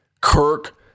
Kirk